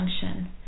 function